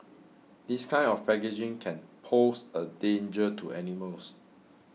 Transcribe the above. this kind of packaging can pose a danger to animals